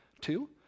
Two